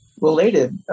related